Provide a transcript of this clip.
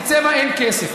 באמת, לצבע אין כסף.